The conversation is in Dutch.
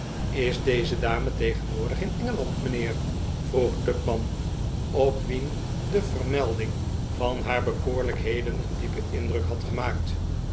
is deze dame tegenwoordig in engeland mijnheer vroeg tupman op wien de vermelding van haar bekoorlijkheden een diepen indruk had gemaakt